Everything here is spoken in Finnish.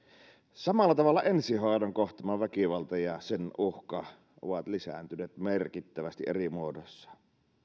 samalla tavalla ensihoidon kohtaama väkivalta ja sen uhka ovat lisääntyneet merkittävästi eri muodoissaan